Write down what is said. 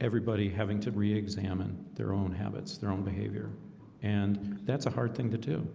everybody having to reexamine their own habits their own behavior and that's a hard thing to do.